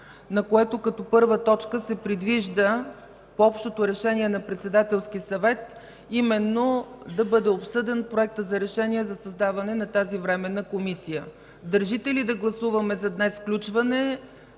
на което като първа точка се предвижда, по общото решение на Председателския съвет, именно да бъде обсъден проектът за решение за създаване на тази временна комисия. Държите ли да гласуваме за днес включване?